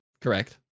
Correct